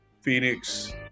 Phoenix